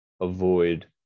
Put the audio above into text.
avoid